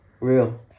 Real